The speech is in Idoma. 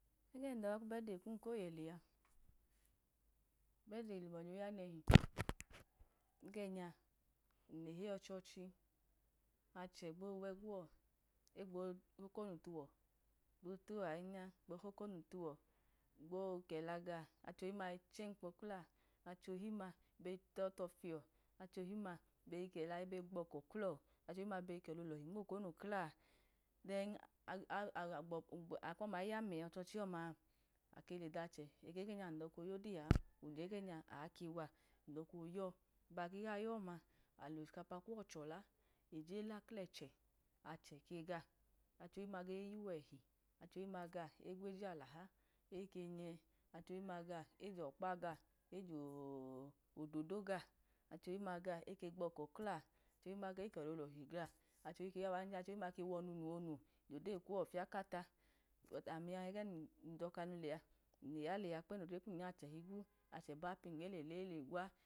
Ẹgẹ num dọka kubẹt delkum ko wẹlẹ a bẹt ee lum ọnyẹ oya nchi, ẹgẹ alọ leheyi ọchọdẹ, achẹ gbo wẹguwọ egbo hokonu tuwọ, etuwọ ahinya egbo hokonu tuwo, gbo kẹla gaọ achohim ma ge piyemkpo kloa achohim ma be tọtọfiyọ, achohim ma begbọkọ klọ, achohim ma be kẹla ohọli nmokonu kla, dẹn akwọma ya ọchọchi ọma ake ledalnẹ eko ẹyẹ nya num doka oyodeyi ega ẹgẹ nya akewa, gbọbu ka yọma, ochikapa kuwọ chola, leje la klechẹ achẹ kegn, achohim ma ge yuwọ ẹhi achohim ma ga egweje alahachẹ eke nyẹ, achohim ma ejọkpa gaọ eju igodo gaọ achohim ma ga eke gboko kla, achohim ma ga ekẹla dọhi kla, acholihi ikegu wanja, achohim ma ke wọnunu onu, lateyi kuwọ fyakata, ami egẹ num dọka nu lẹa, an lodre kum lẹa kpem ya achẹ no ba piyun elele elegwa.